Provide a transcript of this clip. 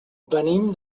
venim